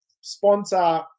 sponsor